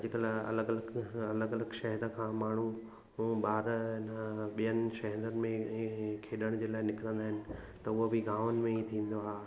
अॼुकल्ह अलॻि अलॻि अलॻि अलॻि शहर खां माण्हू ॿार न ॿियनि शहरनि में खेॾण जे लाइ निकिरंदा आहिनि त उहो बि गांवनि में ई थींदो आहे